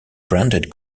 branded